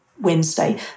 Wednesday